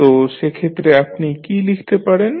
তো সেক্ষেত্রে আপনি কী লিখতে পারেন